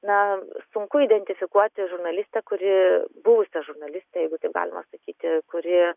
na sunku identifikuoti žurnalistę kuri buvusi žurnalistė jeigu taip galima sakyti kuri